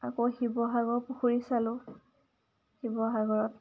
আকৌ শিৱসাগৰ পুখুৰী চালোঁ শিৱসাগৰত